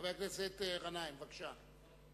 חבר הכנסת גנאים, בבקשה.